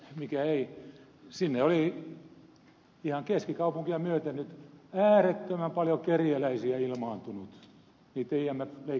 sinne oli ihan keskikaupunkia myöten nyt äärettömän paljon kerjäläisiä ilmaantunut niitten imf leikkausten jälkeen